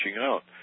out